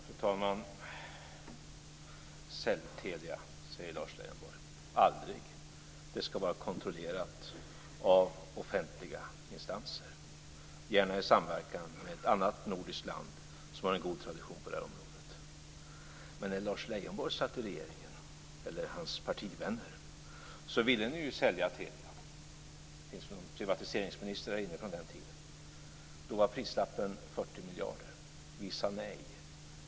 Fru talman! Sälj Telia, säger Lars Leijonborg. Aldrig. Det skall vara kontrollerat av offentliga instanser, gärna i samverkan med ett annat nordiskt land som har en god tradition på det här området. Men när Lars Leijonborgs partivänner satt i regeringen ville ni sälja Telia. Det finns en privatiseringsminister från den tiden här i kammaren. Då var prislappen 40 miljarder. Vi sade nej.